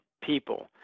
people